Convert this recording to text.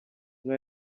nka